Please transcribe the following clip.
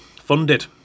funded